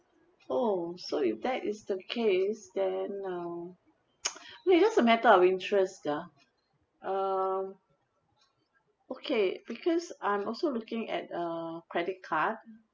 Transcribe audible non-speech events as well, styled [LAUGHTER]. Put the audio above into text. oh so if that is the case then um [NOISE] [BREATH] well it's just a matter of interest ya um okay because I'm also looking at a credit card